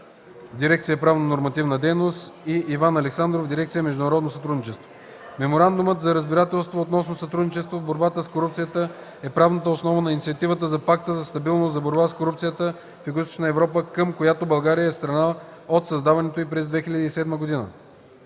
дирекция „Правно нормативна дейност”, и Иван Александров – дирекция „Международно сътрудничество”. Меморандумът за разбирателство относно сътрудничеството в борбата с корупцията е правната основа на Инициативата на Пакта за стабилност за борба с корупцията в Югоизточна Европа, към която България е страна от създаването й през 2007 г.